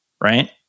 right